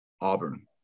Auburn